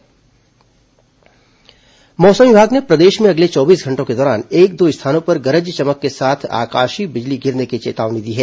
मौसम मौसम विमाग ने प्रदेश में अगले चौबीस घंटों के दौरान एक दो स्थानों पर गरज चमक के साथ आकाशीय बिजली गिरने की चेतावनी दी है